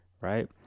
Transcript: right